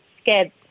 scared